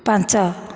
ପାଞ୍ଚ